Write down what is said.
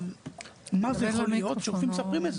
מה זה יכול להיות שרופאים מספרים.